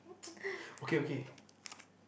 okay okay